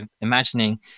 imagining